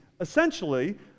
essentially